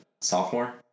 sophomore